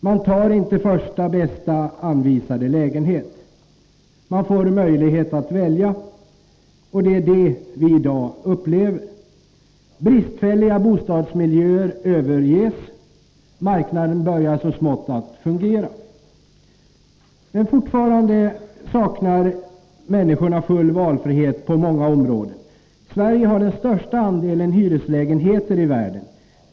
Man tar inte första bästa anvisade lägenhet. Man får möjlighet att välja. Det är detta vi i dag upplever. Bristfälliga bostadsmiljöer överges. Marknaden börjar så smått att fungera. Men fortfarande saknar människorna full valfrihet på många områden. Sverige har den största andelen hyreslägenheter i världen.